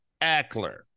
Eckler